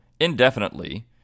indefinitely